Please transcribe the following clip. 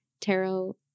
tarot